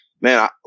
man